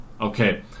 Okay